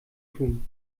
tun